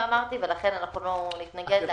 ולכן לא נתנגד.